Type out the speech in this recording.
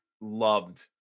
loved